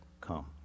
come